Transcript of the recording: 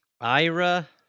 Ira